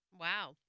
Wow